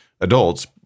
adults